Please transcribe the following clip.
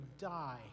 die